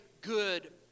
good